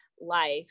life